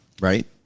Right